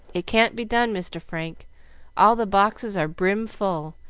it can't be done, mr. frank all the boxes are brim full,